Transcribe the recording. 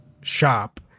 shop